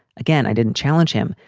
again, i didn't challenge him,